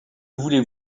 voulez